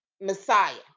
messiah